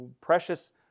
precious